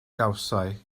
gawsai